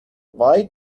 why